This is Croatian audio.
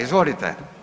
Izvolite.